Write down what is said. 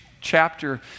chapter